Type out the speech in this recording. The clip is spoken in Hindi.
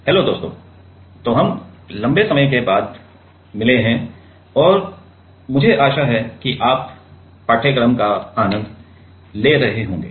हैल्लो दोस्तों तो हम लंबे समय के बाद मिले हैं और मुझे आशा है कि आप पाठ्यक्रम का आनंद ले रहे होंगे